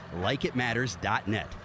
likeitmatters.net